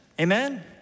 Amen